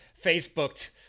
Facebooked